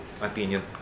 opinion